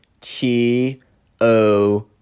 T-O-